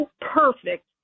perfect